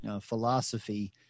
philosophy